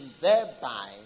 thereby